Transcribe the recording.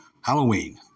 Halloween